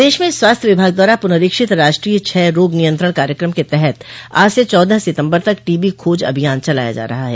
प्रदेश में स्वास्थ्य विभाग द्वारा पुनरीक्षित राष्ट्रीय क्षय रोग नियंत्रण कार्यक्रम के तहत आज से चौदह सितम्बर तक टीबी खोज अभियान चलाया जा रहा है